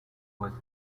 with